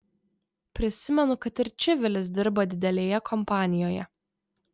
prisimenu kad ir čivilis dirba didelėje kompanijoje